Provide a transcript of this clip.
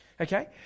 Okay